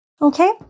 Okay